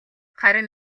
харин